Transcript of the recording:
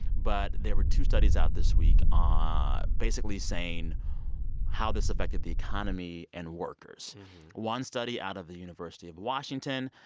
but there were two studies out this week ah basically saying how this affected the economy and workers one study out of the university of washington,